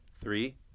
Three